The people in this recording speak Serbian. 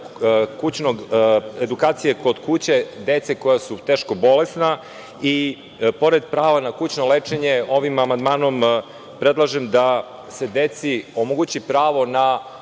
problem edukacije kod kuće dece koja su teško bolesna i pored prava na kućno lečenje ovim amandmanom predlažem da se deci omogući pravo na